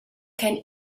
can